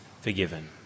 forgiven